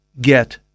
get